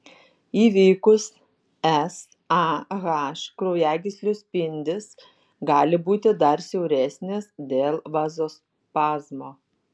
įvykus sah kraujagyslių spindis gali būti dar siauresnis dėl vazospazmo